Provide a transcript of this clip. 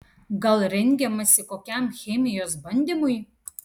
gal rengiamasi kokiam chemijos bandymui